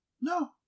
No